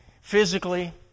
physically